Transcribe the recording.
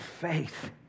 faith